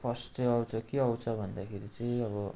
first चाहिँ आउँछ के आउँछ भन्दाखेरि चाहिँ अब